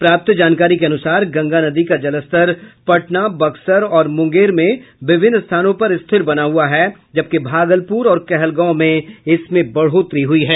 प्राप्त जानकारी के अनुसार गंगा नदी का जलस्तर पटना बक्सर और मुंगेर में विभिन्न स्थानों पर स्थिर बना हुआ है जबकि भागलपुर और कहलगांव में इसमें बढ़ोतरी हुई है